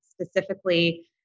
Specifically